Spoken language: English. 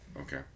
okay